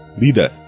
Leader